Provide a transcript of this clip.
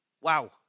Wow